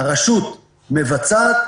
הרשות מבצעת,